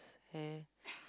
okay